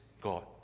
God